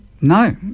No